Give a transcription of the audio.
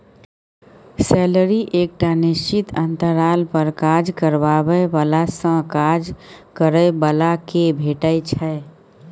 salary एकटा निश्चित अंतराल पर काज करबाबै बलासँ काज करय बला केँ भेटै छै